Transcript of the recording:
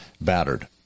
battered